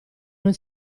non